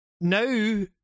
now